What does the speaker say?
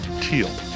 teal